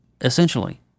essentially